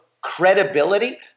credibility